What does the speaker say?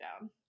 down